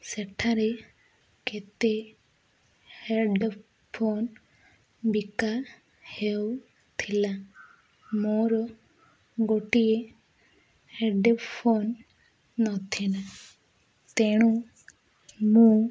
ସେଠାରେ କେତେ ହେଡ଼୍ଫୋନ୍ ବିକା ହେଉଥିଲା ମୋର ଗୋଟିଏ ହେଡ଼୍ଫୋନ୍ ନଥିଲା ତେଣୁ ମୁଁ